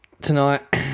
tonight